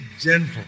gentle